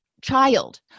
child